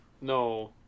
No